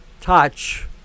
touch